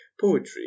Poetry